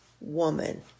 Woman